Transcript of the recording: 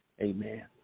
Amen